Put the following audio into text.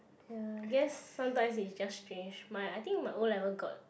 ya guess sometimes is just strange my I think my O-level got